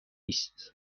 است